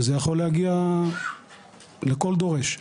וזה יכול להגיע לכל דורש.